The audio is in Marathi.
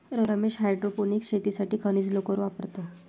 रमेश हायड्रोपोनिक्स शेतीसाठी खनिज लोकर वापरतो